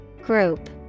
Group